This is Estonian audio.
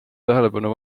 tähelepanu